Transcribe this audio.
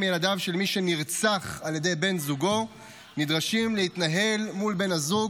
ילדיו של מי שנרצח על ידי בן זוגו נדרשים להתנהל מול בן הזוג